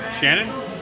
Shannon